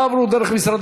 לא עברו דרכו,